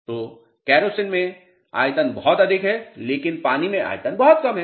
तो केरोसिन में आयतन बहुत अधिक है लेकिन पानी में आयतन बहुत कम है